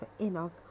Enoch